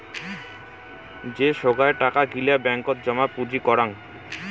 যে সোগায় টাকা গিলা ব্যাঙ্কত জমা পুঁজি করাং